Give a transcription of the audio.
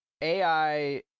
AI